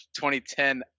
2010